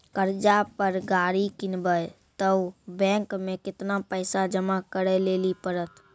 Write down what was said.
कर्जा पर गाड़ी किनबै तऽ बैंक मे केतना पैसा जमा करे लेली पड़त?